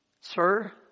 Sir